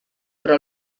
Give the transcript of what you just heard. però